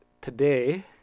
today